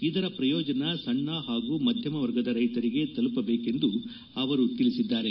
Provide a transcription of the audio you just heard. ಇದರ ಶ್ರಯೋಜನ ಸಣ್ಣ ಹಾಗೂ ಮಧ್ದಮ ವರ್ಗದ ರೈತರಿಗೆ ತಲುಪಬೇಕೆಂದು ಅವರು ತಿಳಿಸಿದ್ದಾರೆ